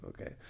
okay